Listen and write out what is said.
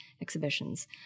exhibitions